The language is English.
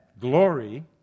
glory